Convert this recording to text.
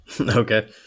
Okay